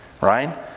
right